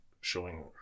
showing